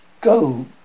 go